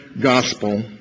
gospel